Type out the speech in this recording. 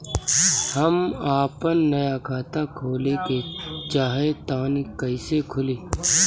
हम आपन नया खाता खोले के चाह तानि कइसे खुलि?